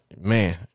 Man